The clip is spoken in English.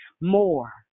more